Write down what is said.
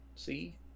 See